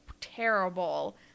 terrible